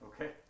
okay